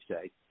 say